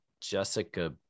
Jessica